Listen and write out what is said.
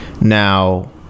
Now